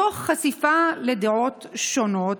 מתוך חשיפה לדעות שונות.